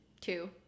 two